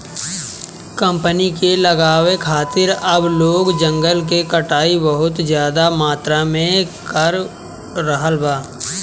company के लगावे खातिर अब लोग जंगल के कटाई बहुत ज्यादा मात्रा में कर रहल बा